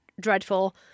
dreadful